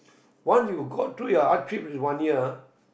once you got through your hardship in one year